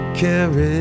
carry